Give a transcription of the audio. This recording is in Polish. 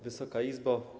Wysoka Izbo!